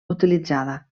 utilitzada